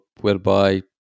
whereby